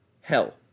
Hell